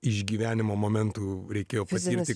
išgyvenimo momentų reikėjo pasiimti